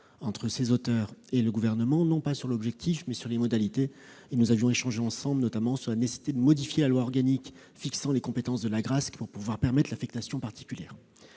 entre les auteurs du texte et le Gouvernement, non pas sur l'objectif, mais sur les modalités. Nous avions notamment échangé ensemble sur la nécessité de modifier la loi organique fixant les compétences de l'Agrasc pour pouvoir permettre l'affectation particulière.